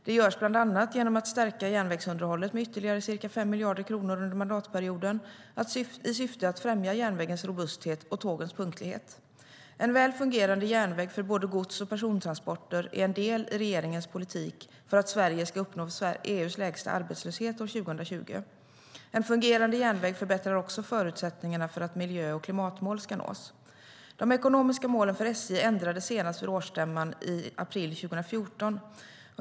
Det görs bland annat genom att stärka järnvägsunderhållet med ytterligare ca 5 miljarder kronor under mandatperioden i syfte att främja järnvägens robusthet och tågens punktlighet.De ekonomiska målen för SJ ändrades senast vid årsstämman i april 2014.